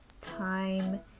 time